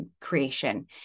Creation